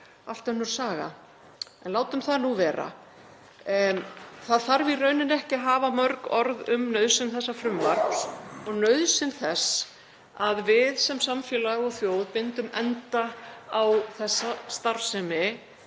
allt önnur saga en látum það nú vera. Það þarf í rauninni ekki að hafa mörg orð um nauðsyn þessa frumvarps og nauðsyn þess að við sem samfélag og þjóð bindum enda á þessa starfsemi